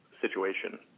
situation